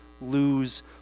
lose